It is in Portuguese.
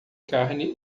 carne